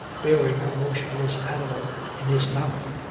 bearing the motionless animal in his mouth.